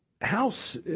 House